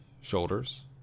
shoulders